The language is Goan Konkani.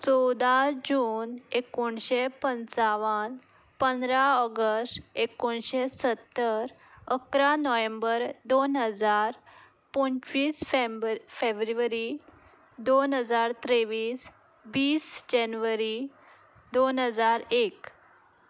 चवदा जून एकुणशे पंचावन पंदरा ऑगस्ट एकुणशे सत्तर इकरा नोव्हेंबर दोन हजार पंचवीस फेम्बरी फेब्रुवरी दोन हजार त्रेवीस वीस जेनवरी दोन हजार एक